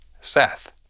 Seth